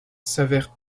s’avère